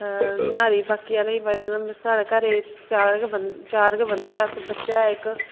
न्हारी बाकी आहलें गी पाई देनी साढ़े घर चार गै बंदे ऐ अस बच्चा ऐ इक